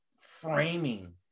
framing